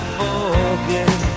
forget